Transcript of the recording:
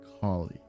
colleague